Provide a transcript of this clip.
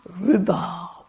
rhubarb